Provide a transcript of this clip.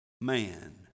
man